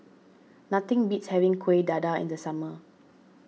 nothing beats having Kuih Dadar in the summer